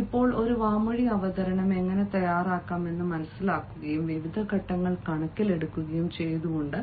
ഇപ്പോൾ ഒരു വാമൊഴി അവതരണം എങ്ങനെ തയ്യാറാക്കാമെന്ന് മനസിലാക്കുകയും വിവിധ ഘടകങ്ങൾ കണക്കിലെടുക്കുകയും ചെയ്തുകൊണ്ട്